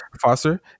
Foster